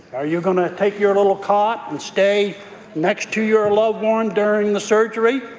are you going to take your little cot and stay next to your loved one during the surgery,